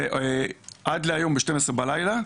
ועד להיום ב-12 בלילה,